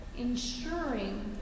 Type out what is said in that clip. ensuring